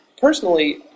personally